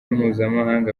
mpuzamahanga